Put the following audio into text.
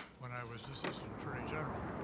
when i was assistant attorney general,